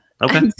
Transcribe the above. Okay